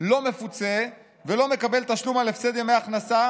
לא מפוצה ולא מקבל תשלום על הפסדי הכנסה